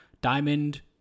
Diamond